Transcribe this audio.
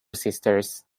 sisters